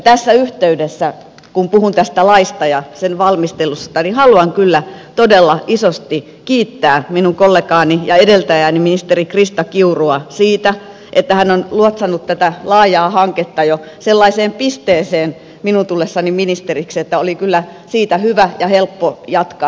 tässä yhteydessä kun puhun tästä laista ja sen valmistelusta haluan kyllä todella isosti kiittää minun kollegaani ja edeltäjääni ministeri krista kiurua siitä että hän on luotsannut tätä laajaa hanketta sellaiseen pisteeseen jo minun tullessani ministeriksi että oli kyllä siitä hyvä ja helppo jatkaa